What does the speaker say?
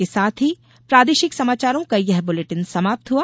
इसके साथ ही प्रादेशिक समाचारों का ये बुलेटिन समाप्त हुआ